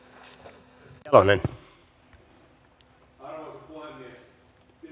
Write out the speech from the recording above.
arvoisa puhemies